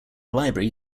library